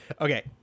Okay